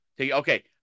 Okay